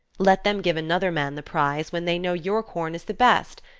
let them give another man the prize, when they know your corn is the best.